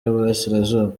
y’uburasirazuba